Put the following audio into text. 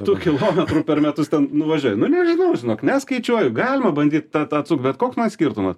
tu kilometrų per metus ten nuvažiuoji nu nežinau žinok neskaičiuoju galima bandyt a atsukt bet koks man skirtumas